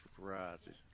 varieties